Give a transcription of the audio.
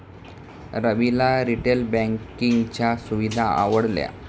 रविला रिटेल बँकिंगच्या सुविधा आवडल्या